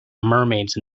mermaids